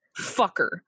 fucker